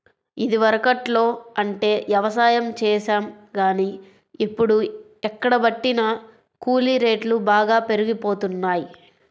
ఇదివరకట్లో అంటే యవసాయం చేశాం గానీ, ఇప్పుడు ఎక్కడబట్టినా కూలీ రేట్లు బాగా పెరిగిపోతన్నయ్